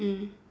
mm